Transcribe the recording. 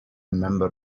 member